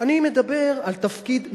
אני מדבר על תפקיד מינהלי,